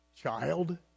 child